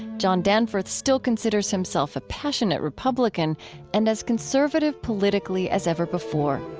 john danforth still considers himself a passionate republican and as conservative politically as ever before